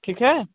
ठीक है